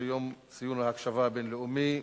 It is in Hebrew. ציון יום ההקשבה הבין-לאומי.